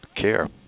care